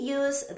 use